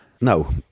no